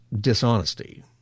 dishonesty